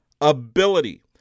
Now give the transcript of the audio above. ability